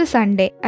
Sunday